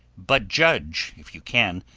but judge, if you can,